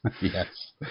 Yes